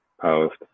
post